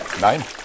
Nein